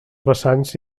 vessants